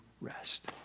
rest